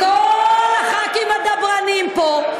מכל חברי הכנסת הדברנים פה,